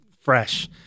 fresh